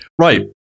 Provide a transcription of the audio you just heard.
right